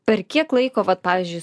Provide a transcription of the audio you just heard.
per kiek laiko vat pavyzdžiui